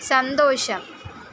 സന്തോഷം